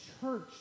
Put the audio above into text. church